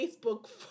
Facebook